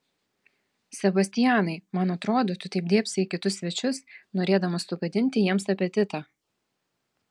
sebastianai man atrodo tu taip dėbsai į kitus svečius norėdamas sugadinti jiems apetitą